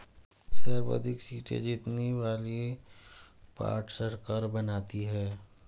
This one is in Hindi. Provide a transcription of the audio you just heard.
सर्वाधिक सीटें जीतने वाली पार्टी सरकार बनाती है